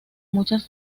muchas